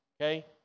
okay